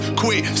quit